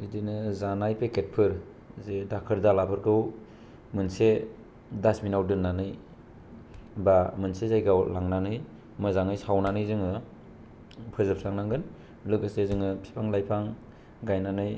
बिदिनो जानाय पेकेटफोर जे दाखोर दालाफोरखौ मोनसे दासफिन आव दोननानै बा मोनसे जायगायाव लांनानै मोजाङै सावनानै जोङो फोजोबस्रां नांगोन लोगोसे जोङो बिफां लाइफां गायनानै